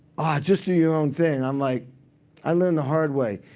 just do your own thing um like i learn the hard way.